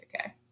okay